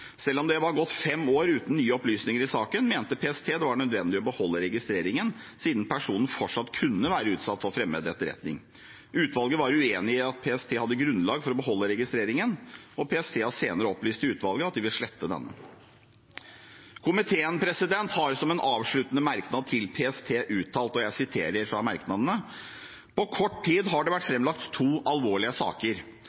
Selv om det var gått fem år uten nye opplysninger i saken, mente PST det var nødvendig å beholde registreringen siden personen fortsatt kunne være utsatt for fremmed etterretning. Utvalget var uenig i at PST hadde grunnlag for å beholde registreringen. PST har senere opplyst til utvalget at de vil slette den. Komiteen har som avsluttende merknad til PST uttalt at det «på kort tid har vært framlagt to alvorlige saker, der PST har